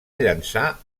llançar